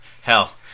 Hell